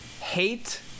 hate